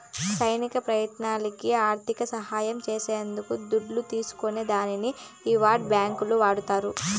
సైనిక ప్రయత్నాలకి ఆర్థిక సహాయం చేసేద్దాం దుడ్డు తీస్కునే దానికి ఈ వార్ బాండ్లు వాడతారు